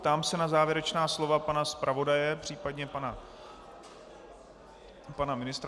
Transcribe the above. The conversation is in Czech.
Ptám se na závěrečná slova pana zpravodaje, případně pana ministra.